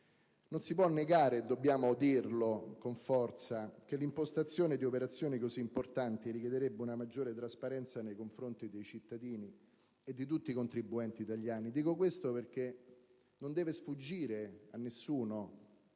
non si può negare - dobbiamo dirlo con forza - che l'impostazione di operazioni così importanti richiederebbe una maggiore trasparenza nei confronti dei cittadini e di tutti i contribuenti italiani. Non deve infatti sfuggire a nessuno